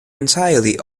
entirely